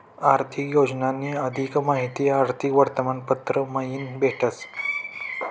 आर्थिक योजनानी अधिक माहिती आर्थिक वर्तमानपत्र मयीन भेटस